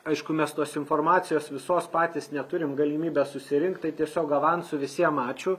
aišku mes tos informacijos visos patys neturim galimybės susirinkt tai tiesiog avansu visiem ačiū